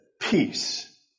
peace